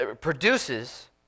produces